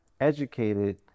educated